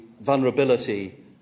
vulnerability